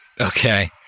Okay